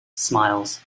smiles